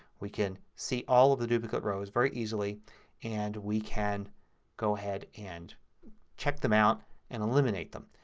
we can see all of the duplicate rows very easily and we can go ahead and check them out and eliminate them.